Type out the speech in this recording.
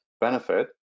benefit